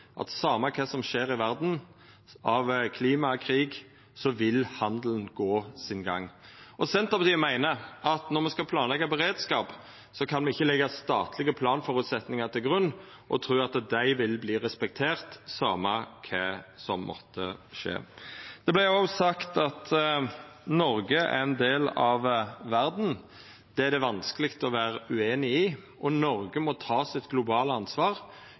at same kva som skjer i verda, anten det gjeld klima eller krig, vil handelen gå sin gang. Senterpartiet meiner at når me skal planleggja beredskap, kan me ikkje leggja statlege planføresetnader til grunn og tru at dei vil verta respekterte same kva som måtte skje. Ein sa òg at Noreg er ein del av verda. Det er det vanskeleg å vera ueinig i. Noreg må ta sitt globale ansvar